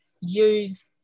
use